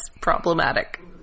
problematic